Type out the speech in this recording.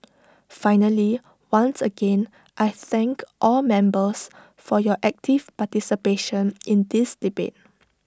finally once again I thank all members for your active participation in this debate